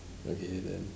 okay then